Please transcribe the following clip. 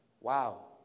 Wow